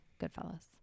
goodfellas